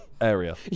area